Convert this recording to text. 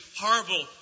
horrible